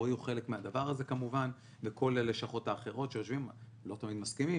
רואים חלק מהדבר הזה כמובן עם כל הלשכות האחרות ולא תמיד מסכימים,